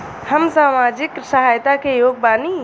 हम सामाजिक सहायता के योग्य बानी?